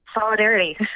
solidarity